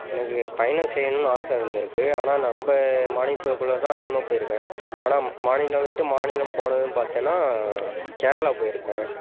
எனக்கு பயணம் செய்யணும்னு ஆசை இருந்துருக்கு ஆனால் நம்ம மாநிலத்துக்குள்ளே தான் அதிகமாக போயிருக்கேன் ஆனால் மாநிலம் விட்டு மாநிலம் போனதுனு பார்த்தேனா கேரளா போயிருக்கேன்